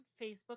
Facebook